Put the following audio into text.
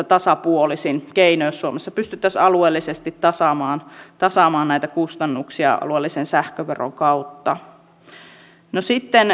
tasapuolisin keino jos suomessa pystyttäisiin alueellisesti tasaamaan tasaamaan näitä kustannuksia alueellisen sähköveron kautta no sitten